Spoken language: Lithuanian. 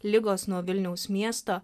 ligos nuo vilniaus miesto